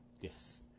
Yes